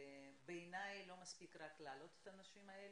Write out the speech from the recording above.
ובעיני לא מספיק רק להעלות את האנשים האלה,